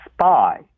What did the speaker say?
spy